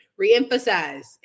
reemphasize